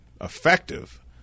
effective